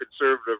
conservative